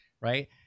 Right